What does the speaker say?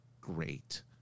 great